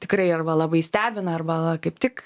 tikrai arba labai stebina arba kaip tik